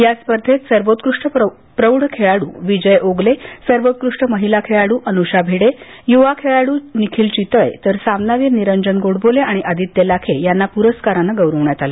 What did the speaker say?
या स्पर्धेत सर्वोत्कृष्ट प्रौढ खेळाड् विजय ओगले सर्वोत्कृष्ट महीला खेळाड् अनुषा भिडे युवा खेळाड् निखिल चितळे तर सामनावीर निरंजन गोडबोले आणि आदित्य लाखे यांना प्रस्कारानं गौरवण्यात आलं